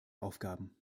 aufgaben